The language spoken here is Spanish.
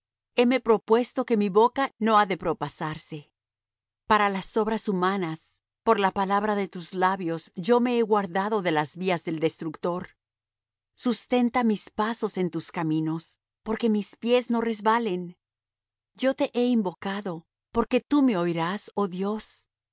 heme propuesto que mi boca no ha de propasarse para las obras humanas por la palabra de tus labios yo me he guardado de las vías del destructor sustenta mis pasos en tus caminos porque mis pies no resbalen yo te he invocado por cuanto tú me oirás oh dios